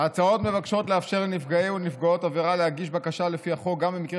ההצעות מבקשות לאפשר לנפגעי ונפגעות עבירה להגיש בקשה לפי החוק גם במקרה